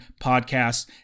podcasts